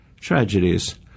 tragedies